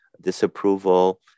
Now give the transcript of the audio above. disapproval